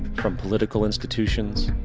from political institutions,